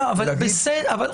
אבל בסדר,